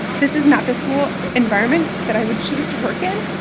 this is not the school environment that i would choose to work in,